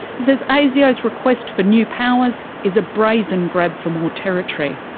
he says asio's request for new powers is a brazen grab for more territory.